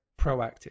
proactive